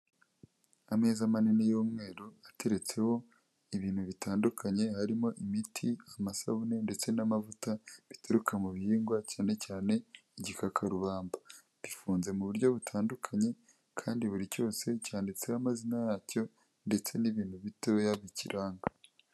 Ameza manini y'umweru ateretseho ibintu bitandukanye harimo imiti amasabune ndetse n'amavuta bituruka mu bihingwa cyane cyane igikakarubamba gifunze mu buryo butandukanye kandi buri cyose cyanditseho amazina yacyo ndetse n'ibintu bitoya bikiranga.